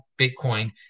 Bitcoin